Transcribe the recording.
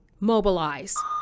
mobilize